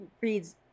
reads